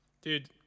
Dude